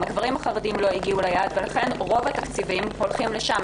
הגברים החרדים לא הגיעו ליעד ולכן רוב התקציבים הולכים לשם.